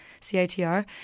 CITR